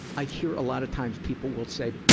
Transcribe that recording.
i hear a lot of times, people will say,